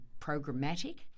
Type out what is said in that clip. programmatic